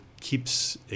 keeps